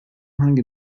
hangi